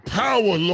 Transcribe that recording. power